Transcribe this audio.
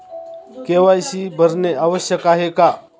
KYC भरणे आवश्यक आहे का?